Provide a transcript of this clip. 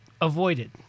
avoided